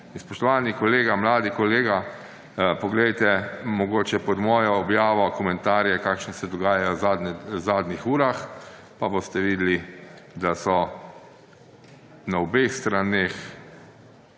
Spoštovani mladi kolega, poglejte mogoče pod mojo objavo komentarje, ki se dogajajo v zadnjih urah, pa boste videli, da so na obeh straneh